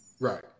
Right